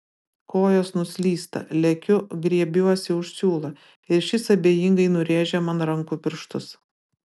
kojos nuslysta lekiu griebiuosi už siūlo ir šis abejingai nurėžia man rankų pirštus